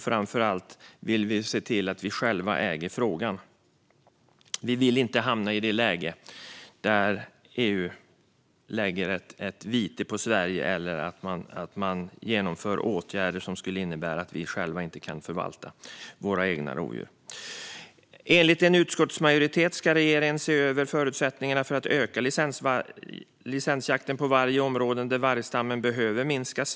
Framför allt vill vi se till att vi själva äger frågan. Vi vill inte hamna i ett läge där EU lägger ett vite på Sverige eller genomför åtgärder som innebär att vi inte själva kan förvalta våra rovdjur. Enligt utskottsmajoriteten ska regeringen se över förutsättningarna för att utöka licensjakten på varg i områden där vargstammen behöver minskas.